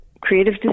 creative